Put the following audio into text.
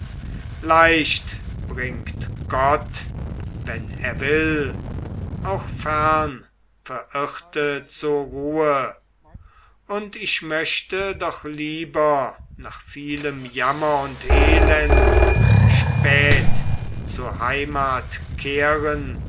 leicht bringt gott wenn er will auch fernverirrte zur ruhe und ich möchte doch lieber nach vielem jammer und elend spät zur heimat kehren